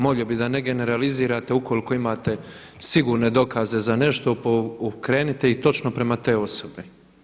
Molio bih da ne generalizirate, ukoliko imate sigurne dokaze za nešto okrenite ih točno prema toj osobi.